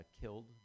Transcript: killed